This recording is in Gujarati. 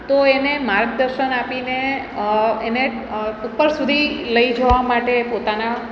તો એને માર્ગદર્શન આપીને એને ઉપર સુધી લઈ જવા માટે પોતાના